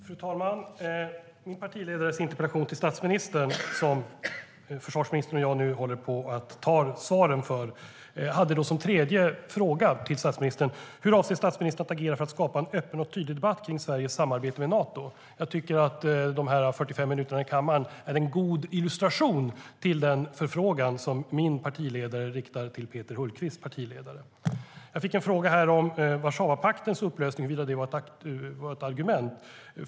Fru talman! Min partiledares interpellation till statsministern, som försvarsministern och jag tar svaren för, hade som tredje fråga till statsministern: Hur avser statsministern att agera för att skapa en öppen och tydlig debatt kring Sveriges samarbete med Nato? Jag tycker att dessa 45 minuter i kammaren är en god illustration till den förfrågan som min partiledare riktade till Peter Hultqvists partiledare. Jag fick en fråga om Warszawapaktens upplösning var ett argument.